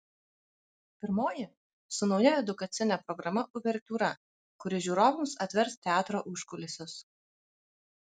pirmoji su nauja edukacine programa uvertiūra kuri žiūrovams atvers teatro užkulisius